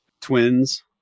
Twins